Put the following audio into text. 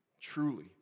truly